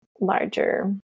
larger